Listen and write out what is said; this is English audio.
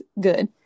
good